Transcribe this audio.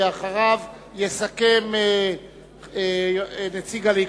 ואחריו יסכם נציג הליכוד,